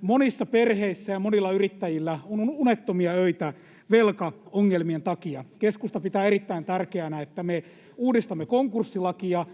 Monissa perheissä ja monilla yrittäjillä on unettomia öitä velkaongelmien takia. Keskusta pitää erittäin tärkeänä, että me uudistamme konkurssilakia